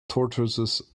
tortoises